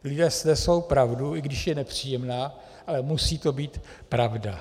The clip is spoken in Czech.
Lidé snesou pravdu, i když je nepříjemná, ale musí to být pravda.